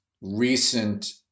recent